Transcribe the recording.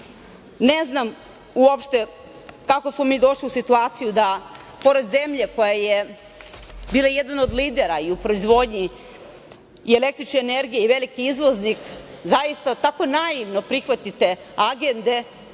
Ne znam uopšte kako smo mi došli u situaciju da, pored zemlje koja je bila jedna od lidera i u proizvodnji i električne energije i veliki izvoznik, zaista tako naivno prihvatite agende